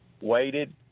waited